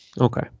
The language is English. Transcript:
Okay